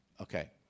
okay